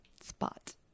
Spot